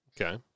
Okay